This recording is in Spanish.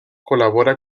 colabora